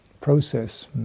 process